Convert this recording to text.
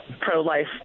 pro-life